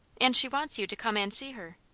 and she wants you to come and see her.